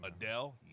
Adele